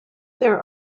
there